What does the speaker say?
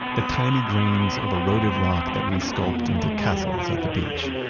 the tiny grains of eroded rock that we sculpt into castles at the beach.